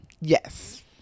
Yes